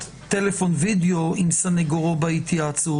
טלפון וידיאו עם סנגורו בהתייעצות,